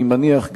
אני מניח,